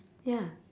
ya